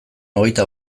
hogeita